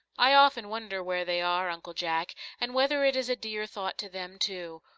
i often wonder where they are, uncle jack, and whether it is a dear thought to them, too,